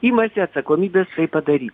imasi atsakomybės tai padaryti